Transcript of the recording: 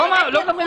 לדעתי